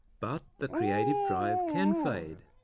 but the creative drive can fade,